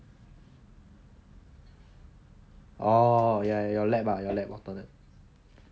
oh ya your lab lah ya your lab alternate